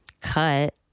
cut